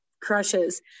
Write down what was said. crushes